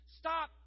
stop